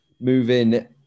Moving